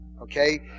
okay